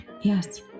yes